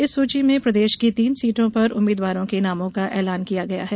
इस सूची में प्रदेश की तीन सीटों पर उम्मीदवारों के नामों का ऐलान किया गया है